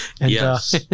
Yes